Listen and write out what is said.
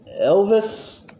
Elvis